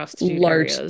large